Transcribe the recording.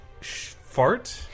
fart